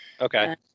Okay